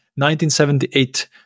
1978